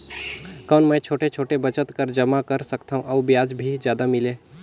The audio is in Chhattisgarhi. कौन मै छोटे छोटे बचत कर जमा कर सकथव अउ ब्याज भी जादा मिले?